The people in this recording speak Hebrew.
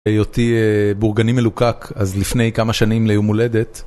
היותי בורגני מלוקק, אז לפני כמה שנים ליום הולדת.